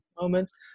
moments